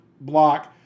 block